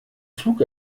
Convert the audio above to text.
flug